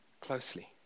closely